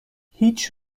هیچ